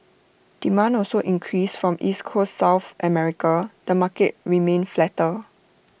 demand also increased from East Coast south America the market remained flatter